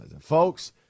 folks